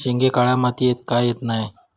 शेंगे काळ्या मातीयेत का येत नाय?